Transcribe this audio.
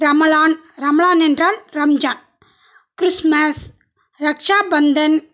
ரமலான் ரமலான் என்றால் ரம்ஜான் கிறிஸ்மஸ் ரக்ஷாபந்தன்